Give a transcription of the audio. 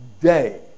day